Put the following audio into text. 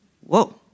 Whoa